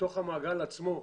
בתוך המעגל עצמו,